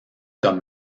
comme